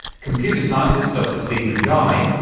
computer scientist dr stephen guy,